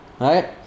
Right